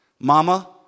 Mama